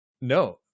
no